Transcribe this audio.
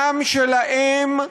גם של האם,